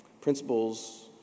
Principles